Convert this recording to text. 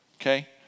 okay